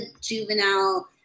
juvenile